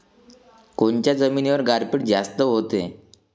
कोनच्या जमिनीवर गारपीट जास्त व्हते?